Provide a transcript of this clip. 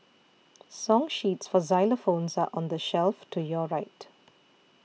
song sheets for xylophones are on the shelf to your right